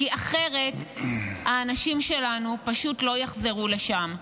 אחרת האנשים שלנו פשוט לא יחזרו לשם.